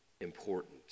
important